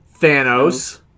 Thanos